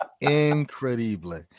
Incredibly